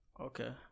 Okay